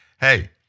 hey